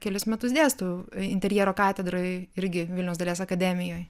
kelis metus dėstau interjero katedroj irgi vilniaus dailės akademijoj